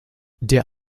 der